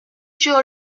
sur